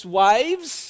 wives